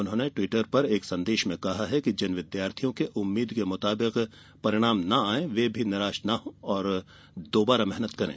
उन्होंने ट्विटर पर एक संदेश में कहा है कि जिन विद्यार्थियों के उम्मीद् के मुताबिक परिणाम न आये वे भी निराश न हो और दोबारा मेहनत करें